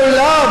מעולם,